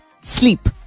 Sleep